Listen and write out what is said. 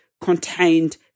contained